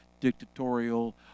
dictatorial